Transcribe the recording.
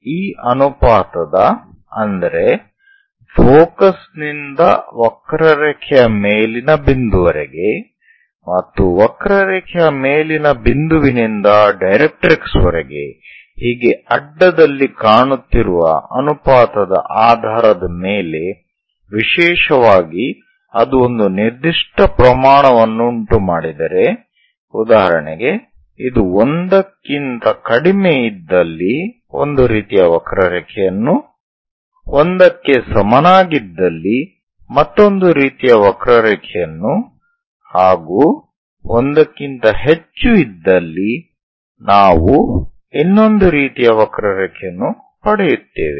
ಈ ಅನುಪಾತದ ಅಂದರೆ ಫೋಕಸ್ ನಿಂದ ವಕ್ರರೇಖೆಯ ಮೇಲಿನ ಬಿಂದುವರೆಗೆ ಮತ್ತು ವಕ್ರರೇಖೆಯ ಮೇಲಿನ ಬಿಂದುವಿನಿಂದ ಡೈರೆಕ್ಟ್ರಿಕ್ಸ್ ವರೆಗೆ ಹೀಗೆ ಅಡ್ಡದಲ್ಲಿ ಕಾಣುತ್ತಿರುವ ಅನುಪಾತದ ಆಧಾರದ ಮೇಲೆ ವಿಶೇಷವಾಗಿ ಅದು ಒಂದು ನಿರ್ದಿಷ್ಟ ಪ್ರಮಾಣವನ್ನು ಉಂಟು ಮಾಡಿದರೆ ಉದಾಹರಣೆಗೆ ಇದು 1 ಕ್ಕಿಂತ ಕಡಿಮೆ ಇದ್ದಲ್ಲಿ ಒಂದು ರೀತಿಯ ವಕ್ರರೇಖೆಯನ್ನು 1 ಕ್ಕೆ ಸಮನಾಗಿದ್ದಲ್ಲಿ ಮತ್ತೊಂದು ರೀತಿಯ ವಕ್ರರೇಖೆಯನ್ನು ಹಾಗೂ 1 ಕ್ಕಿಂತ ಹೆಚ್ಚು ಇದ್ದಲ್ಲಿ ನಾವು ಇನ್ನೊಂದು ರೀತಿಯ ವಕ್ರರೇಖೆಯನ್ನು ಪಡೆಯುತ್ತೇವೆ